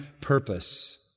purpose